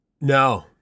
No